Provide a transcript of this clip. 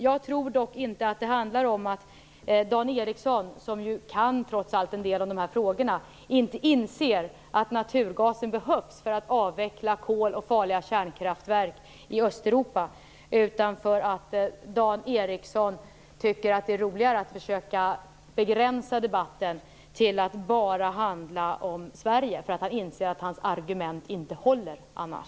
Jag tror dock inte att det handlar om att Dan Ericsson, som trots allt kan en del om dessa frågor, inte inser att naturgasen behövs för att avveckla kolanvändning och farliga kärnkraftverk i Östeuropa. Dan Ericsson tycker att det är roligare att försöka begränsa debatten till att bara handla om Sverige, därför att han inser att hans argument inte håller annars.